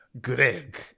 Greg